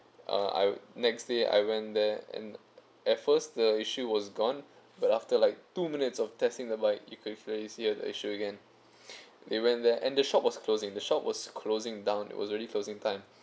uh I next day I went there and at first the issue was gone but after like two minutes of testing the bike you could feel it's the issue again they went there and the shop was closing the shop was closing down was already closing time